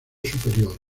superior